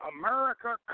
America